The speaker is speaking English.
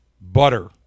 butter